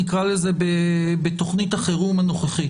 נקרא לזה בתוכנית החירום הנוכחית.